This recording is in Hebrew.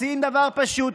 מציעים דבר פשוט,